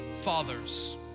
fathers